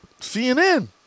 CNN